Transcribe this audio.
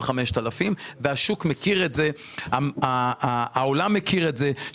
5,000 שקלים והשוק מכיר את זה והעולם מכיר את זה.